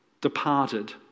departed